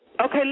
Okay